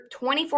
24